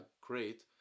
great